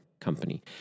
company